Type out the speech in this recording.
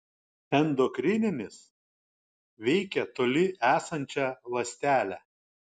endokrininis veikia toli esančią ląstelę